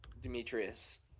Demetrius